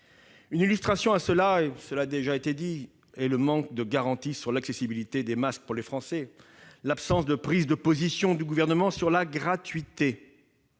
une illustration, cela a déjà été dit : le manque de garanties concernant l'accessibilité des masques aux Français, et l'absence de prise de position du Gouvernement sur la gratuité.